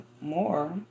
more